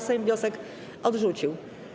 Sejm wniosek odrzucił.